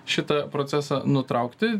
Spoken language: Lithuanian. šitą procesą nutraukti